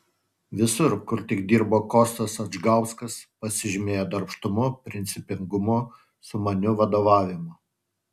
visur kur tik dirbo kostas adžgauskas pasižymėjo darbštumu principingumu sumaniu vadovavimu